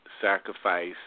sacrifice